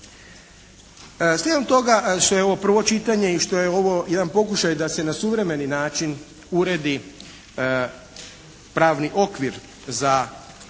Slijedom toga se ovo prvo čitanje i što je ovo jedan pokušaj da se na suvremeni način uredi pravni okvir za